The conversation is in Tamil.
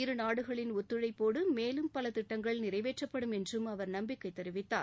இரு நாடுகளின் ஒத்துழைப்போடு மேலும் பல திட்டங்கள் நிறைவேற்றப்படும் என்றும் அவர் நம்பிக்கை தெரிவித்தார்